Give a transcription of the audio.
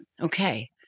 okay